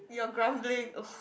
your grumbling !ugh!